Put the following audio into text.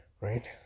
right